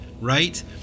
right